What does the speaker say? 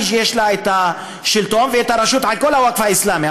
היא זו שיש לה את השלטון ואת הרשות על כל הווקף האסלאמי.